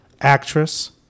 Actress